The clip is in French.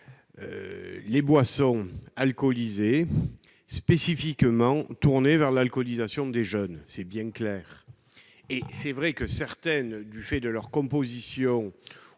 les boissons alcoolisées spécifiquement tournées vers l'alcoolisation des jeunes- c'est bien clair. Certaines boissons, du fait de leur composition